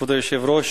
כבוד היושב-ראש,